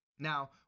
Now